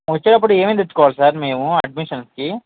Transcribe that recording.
వచ్చేడప్పుడు ఏమేమి తెచ్చుకోవాలి సార్ మేము అడ్మిషన్కి